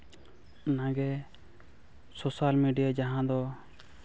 ᱚᱱᱟᱜᱮ social media ᱡᱟᱦᱟᱸ ᱫᱚ